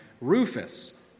Rufus